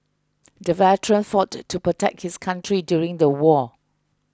the veteran fought to protect his country during the war